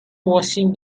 washing